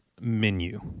menu